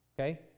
Okay